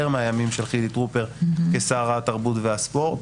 מהימים של חילי טרופר כשר התרבות והספורט.